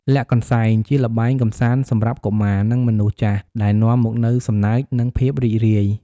លាក់កន្សែង ជាល្បែងកម្សាន្តសម្រាប់កុមារ និងមនុស្សចាស់ ដែលនាំមកនូវសំណើច និងភាពរីករាយ។